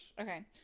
okay